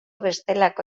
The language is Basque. bestelako